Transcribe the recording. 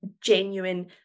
genuine